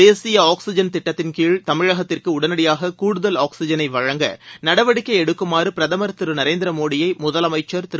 தேசிய ஆக்சிஜன் திட்டத்தின் கீழ் தமிழகத்திற்கு உடனடியாக கூடுதல் ஆக்சிஜனை வழங்க நடவடிக்கை எடுக்குமாறு பிரதமர் திரு நரேந்திர மோடியை முதலமைச்சர் திரு